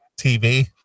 TV